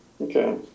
Okay